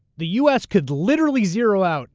the u. s. could literally zero out